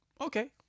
Okay